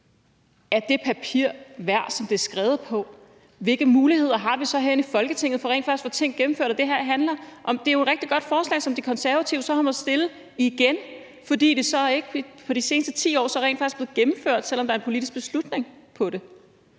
er det papir værd, som det er skrevet på, hvilke muligheder har vi så herinde i Folketinget for rent faktisk at få ting gennemført? Det er jo et rigtig godt forslag, som De Konservative har måttet fremsætte igen, fordi det ikke i de seneste 10 år rent faktisk er blevet gennemført, selv om det er blevet politisk besluttet.